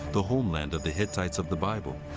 the homeland of the hittites of the bible.